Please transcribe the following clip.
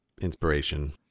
Inspiration